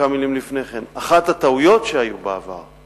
אחת הטעויות שהיו בעבר היא